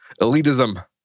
elitism